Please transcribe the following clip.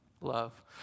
love